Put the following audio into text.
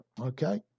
Okay